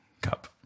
cup